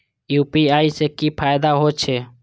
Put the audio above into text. UPI से की फायदा हो छे?